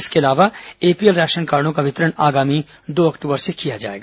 इसके अलावा एपीएल राशनकार्डों का वितरण आगामी दो अक्टूबर से किया जाएगा